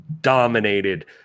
dominated